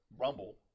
rumble